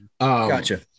Gotcha